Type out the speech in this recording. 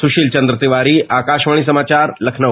सुशील चन्द्र तिवारी आकाशवाणी समाचार लखनऊ